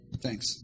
Thanks